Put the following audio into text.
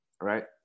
right